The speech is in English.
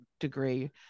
Degree